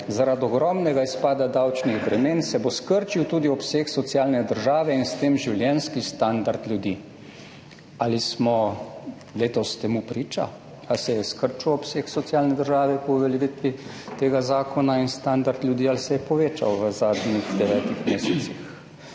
»Zaradi ogromnega izpada davčnih bremen se bo skrčil tudi obseg socialne države in s tem življenjski standard ljudi.« Ali smo letos temu priča? Ali se je skrčil obseg socialne države po uveljavitvi tega zakona in standard ljudi! Ali se je povečal v zadnjih devetih mesecih?